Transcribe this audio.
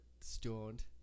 stoned